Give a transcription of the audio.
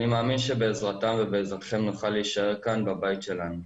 אני מאמין שבעזרתם ובעזרתכם נוכל להישאר כאן בבית שלנו.